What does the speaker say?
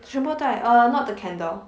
全部带 uh not the candle